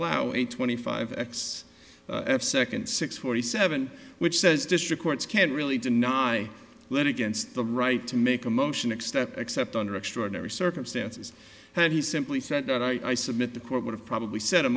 a twenty five x second six forty seven which says district courts can't really deny that against the right to make a motion except except under extraordinary circumstances and he simply said that i submit the court would have probably set